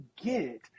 get